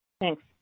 Thanks